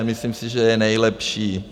Myslím si, že je nejlepší.